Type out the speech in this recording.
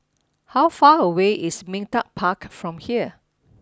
how far away is Ming Teck Park from here